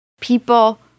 People